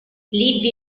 live